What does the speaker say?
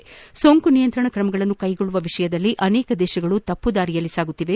ಸೋಂಕು ನಿಯಂತ್ರಣ ಕ್ರಮಗಳನ್ನು ಕೈಗೊಳ್ಳುವ ವಿಷಯದಲ್ಲಿಅನೇಕ ರಾಷ್ಷಗಳು ತಪ್ಪು ದಾರಿಯಲ್ಲಿ ಸಾಗಿವೆ